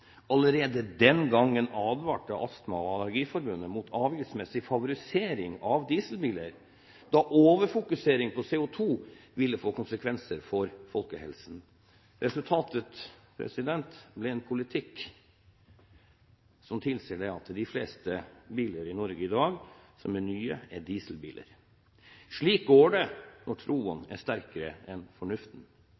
Allerede den gangen advarte Astma- og Allergiforbundet mot avgiftsmessig favorisering av dieselbiler da overfokusering på CO2 ville få konsekvenser for folkehelsen. Resultatet ble en politikk som tilsier at de fleste nye biler i Norge i dag er dieselbiler. Slik går det når troen